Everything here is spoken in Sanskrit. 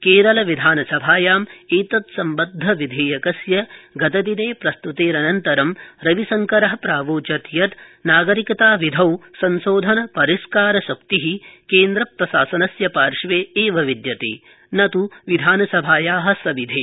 केरल विधानसभायाम् एतद् समबद्धविधेयकस्य प्रस्त्तेरनन्तरम् विधिमन्त्री प्रावोचत् यत् नागरिकताविधौ संशोधन परिष्कारशक्ति केन्द्र प्रशासनस्य पार्श्वे विद्यते न तु विधानसभाया सविधे